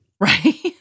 Right